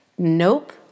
Nope